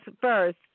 first